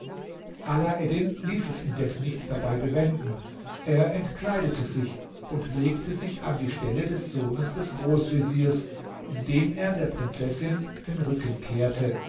ließ es indes nicht dabei bewenden er entkleidete sich und legte sich an die stelle des sohnes des großveziers indem er die prinzessin den rücken kehrte